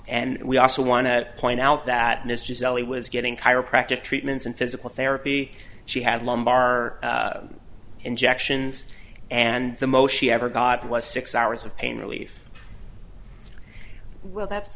and we also want to point out that mr shelley was getting chiropractic treatments and physical therapy she had lumbar injections and the most she ever got was six hours of pain relief well that's